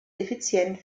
effizient